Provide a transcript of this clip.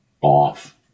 off